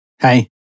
Hey